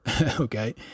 okay